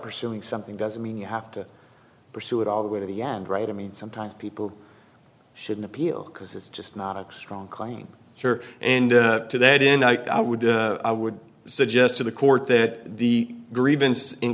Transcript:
pursuing something doesn't mean you have to pursue it all the way to the end right i mean sometimes people shouldn't appeal because it's just not a strong claim sure and to that in i would suggest to the court that the grievance in